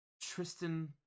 Tristan